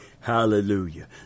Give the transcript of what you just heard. Hallelujah